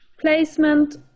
placement